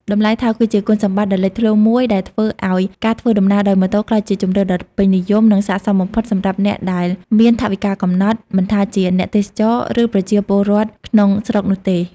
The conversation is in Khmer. តម្លៃថោក គឺជាគុណសម្បត្តិដ៏លេចធ្លោមួយដែលធ្វើឱ្យការធ្វើដំណើរដោយម៉ូតូក្លាយជាជម្រើសដ៏ពេញនិយម និងស័ក្តិសមបំផុតសម្រាប់អ្នកដែលមានថវិកាកំណត់ មិនថាជាអ្នកទេសចរណ៍ ឬប្រជាពលរដ្ឋក្នុងស្រុកនោះទេ។